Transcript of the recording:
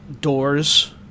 doors